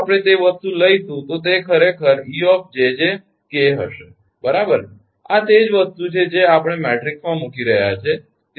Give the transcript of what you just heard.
અહીં જો આપણે તે વસ્તુ લખીશું તો તે ખરેખર 𝑒𝑗𝑗 𝑘 હશે બરાબર આ તે જ વસ્તુ છે જે આપણે મેટ્રિક્સમાં મૂકી રહ્યા છીએ